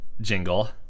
jingle